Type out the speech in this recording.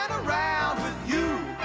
around with you